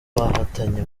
bahatanye